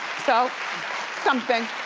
so something.